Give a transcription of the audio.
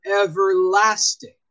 everlasting